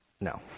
No